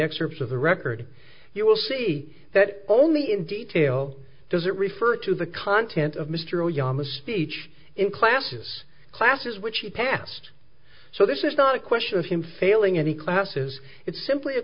of the record you will see that only in detail does it refer to the content of mr yama speech in classes classes which he passed so this is not a question of him failing any classes it's simply a